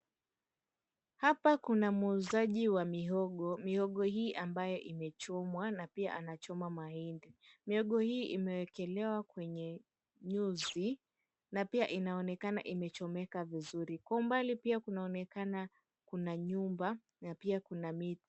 Hapa kuna muuzaji wa mihogo, mihogo hii ambayo imechomwa na pia na choma mahindi mihogo hii imeekelewa kwenye nyuzi na pia inaonekana imechomeka vizuri. Kwa umbali pia kunaonekana kuna nyumba na pia kuna miti.